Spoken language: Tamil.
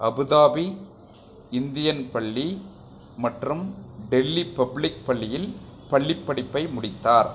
அபுதாபி இந்தியன் பள்ளி மற்றும் டெல்லி பப்ளிக் பள்ளியில் பள்ளிப்படிப்பை முடித்தார்